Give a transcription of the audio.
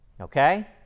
Okay